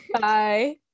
Bye